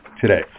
today